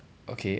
okay